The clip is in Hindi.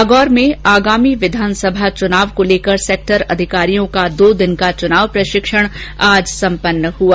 नागौर में आगामी विधानसभा चुनाव को लेकर सेक्टर अधिकारियों को दो दिन का चुनाव प्रशिक्षण आज सम्पन्न हुआ